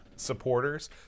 Supporters